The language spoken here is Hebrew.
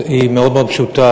היא מאוד מאוד פשוטה,